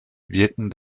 wirken